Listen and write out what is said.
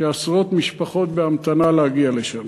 ועשרות משפחות בהמתנה להגיע לשם.